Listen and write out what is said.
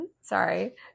Sorry